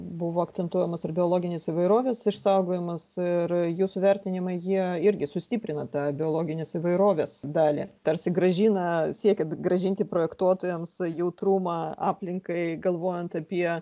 buvo akcentuojamas ir biologinės įvairovės išsaugojimas ir jūsų vertinimai jie irgi sustiprina tą biologinės įvairovės dalį tarsi grąžina siekiant grąžinti projektuotojams jautrumą aplinkai galvojant apie